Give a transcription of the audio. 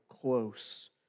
close